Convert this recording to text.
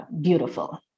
beautiful